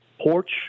porch